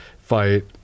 fight